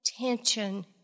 tension